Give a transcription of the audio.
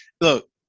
look